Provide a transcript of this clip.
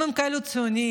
אם הם כאלה ציונים?